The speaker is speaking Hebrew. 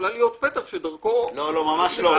יכולה להיות פתח שדרכו --- ממש לא.